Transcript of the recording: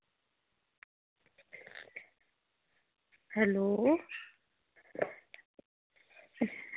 hello